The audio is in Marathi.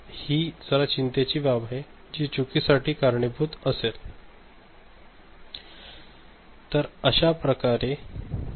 तर हि जर चिंतेची बाब आहे जी चुकी साठी कारणीभूत असेल